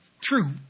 true